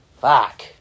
Fuck